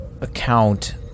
account